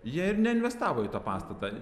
jie ir neinvestavo į tą pastatą